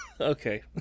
Okay